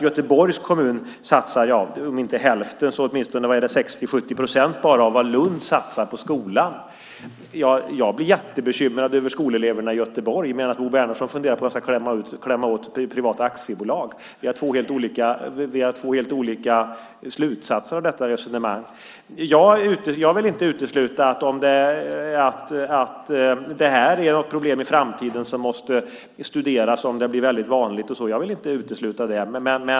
Göteborgs kommun satsar om inte hälften så åtminstone bara 60-70 procent av vad Lund satsar på skolan. Jag blir jättebekymrad över skoleleverna i Göteborg, medan Bo Bernhardsson funderar på hur man ska klämma åt privata aktiebolag. Vi drar två helt olika slutsatser av detta resonemang. Jag vill inte utesluta att det här är ett problem som i framtiden måste studeras, om det blir väldigt vanligt och så.